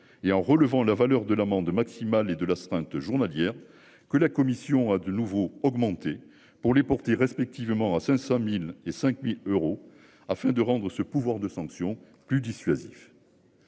et en relevant la valeur de l'amende maximale et de l'astreinte journalière que la commission a de nouveau augmenté pour les porter respectivement à 500.000 et 5000 euros afin de rendre ce pouvoir de sanction plus dissuasif.